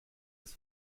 ist